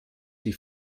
die